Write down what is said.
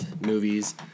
movies